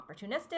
opportunistic